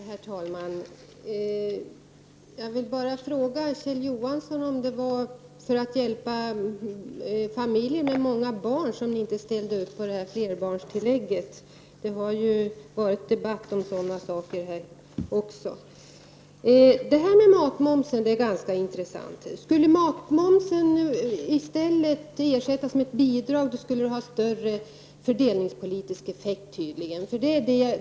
Herr talman! Jag vill bara fråga Kjell Johansson om det var för att hjälpa familjer med många barn som ni inte ställde upp på flerbarnstillägget. Det har varit en debatt om sådant här tidigare. Frågan om matmomsen är ganska intressant. Om matmomsen i stället skulle ersättas med ett bidrag skulle det tydligen få större fördelningspolitisk effekt.